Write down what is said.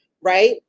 right